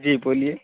جی بولیے